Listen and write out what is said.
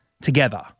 together